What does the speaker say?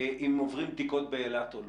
אם עוברים בדיקות באילת או לא,